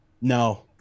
No